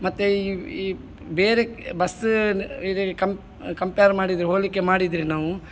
ಮತ್ತು ಇವು ಇವು ಬೇರೆ ಬಸ್ ಇದು ಕಂಪ್ ಕಂಪ್ಯಾರ್ ಮಾಡಿದರೆ ಹೋಲಿಕೆ ಮಾಡಿದರೆ ನಾವು